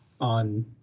on